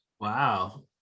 Wow